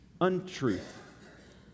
untruth